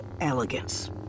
elegance